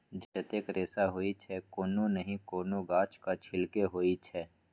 जतेक रेशा होइ छै कोनो नहि कोनो गाछक छिल्के होइ छै